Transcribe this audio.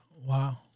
Wow